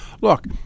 Look